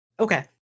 Okay